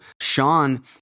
Sean